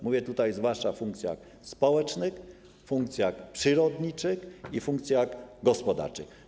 Mówię tu zwłaszcza o funkcjach społecznych, funkcjach przyrodniczych i funkcjach gospodarczych.